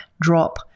drop